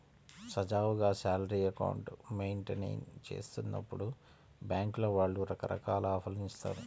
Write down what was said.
సజావుగా salary account maintain చేస్తున్నప్పుడు బ్యేంకుల వాళ్ళు రకరకాల ఆఫర్లను ఇత్తాయి